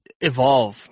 evolve